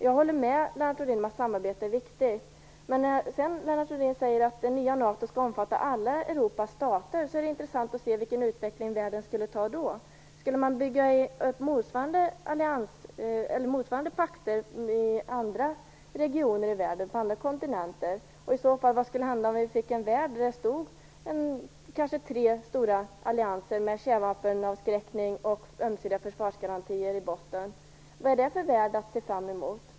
Jag håller med Lennart Rohdin om att samarbete är viktigt, men när han sedan säger att det nya NATO skall omfatta alla Europas stater, är det intressant att se vilken utveckling världen då skulle ta. Skulle man bygga upp motsvarande pakter i andra regioner i världen, på andra kontinenter? Vad skulle då hända om vi fick en värld där det stod kanske tre stora allianser med kärnvapenavskräckning och ömsesidiga försvarsgarantier i botten? Vad är det för värld att se fram mot?